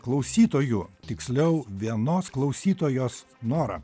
klausytojų tiksliau vienos klausytojos norą